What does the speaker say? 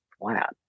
flat